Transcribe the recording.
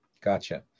Gotcha